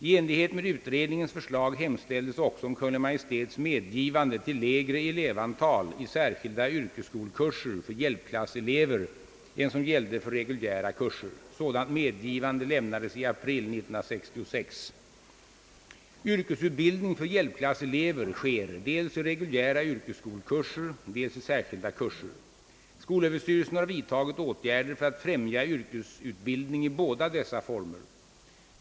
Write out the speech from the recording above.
I enlighet med utredningens förslag hemställdes också om Kungl. Maj:ts medgivande till lägre elevantal i särskilda yrkesskolkurser för hjälpklasselever än som gällde för reguljära kurser. Sådant medgivande lämnades i april 1966. Yrkesutbildning för hjälpklasselever sker dels i reguljära yrkesskolkurser, dels i särskilda kurser. Skolöverstyrelsen har vidtagit åtgärder för att främja yrkesutbildning i båda dessa former.